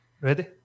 Ready